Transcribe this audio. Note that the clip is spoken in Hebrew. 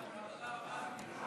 תודה רבה.